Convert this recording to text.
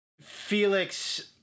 Felix